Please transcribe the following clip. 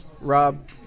Rob